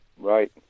Right